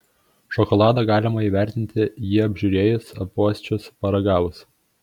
šokoladą galima įvertinti jį apžiūrėjus apuosčius paragavus